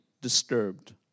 disturbed